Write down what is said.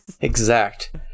Exact